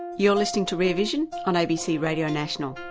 you're listening to rear vision on abc radio national.